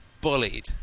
bullied